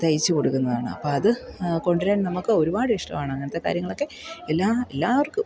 തയ്ച്ചു കൊടുക്കുന്നതാണ് അപ്പോഴത് കൊണ്ടുവരാൻ നമുക്ക് ഒരുപാട് ഇഷ്ടമാണ് അങ്ങനത്തെ കാര്യങ്ങളൊക്കെ എല്ലാ എല്ലാവർക്കും